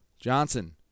Johnson